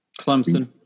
Clemson